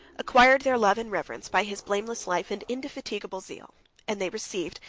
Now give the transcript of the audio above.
acquired their love and reverence by his blameless life and indefatigable zeal and they received,